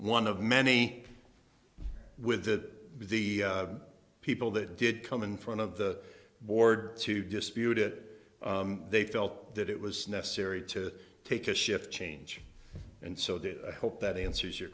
one of many with that the people that did come in front of the border to dispute it they felt that it was necessary to take a shift change and so do i hope that answers your